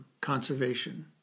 conservation